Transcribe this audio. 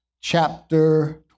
chapter